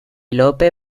lope